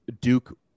Duke